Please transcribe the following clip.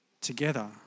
together